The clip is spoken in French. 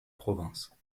province